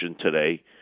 today